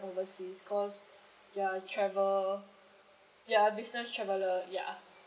overseas because you are travel you are a business traveller ya